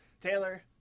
Taylor